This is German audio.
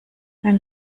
wenn